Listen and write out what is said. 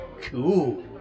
cool